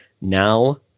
now